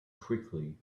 quickly